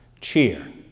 cheer